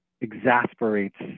exasperates